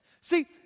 See